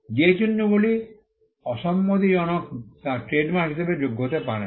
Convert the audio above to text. যে চিহ্নগুলি অসম্মতিজনক তা ট্রেডমার্ক হিসাবে যোগ্য হতে পারে না